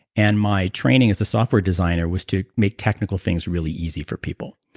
and my training as a software designer was to make technical things really easy for people.